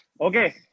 Okay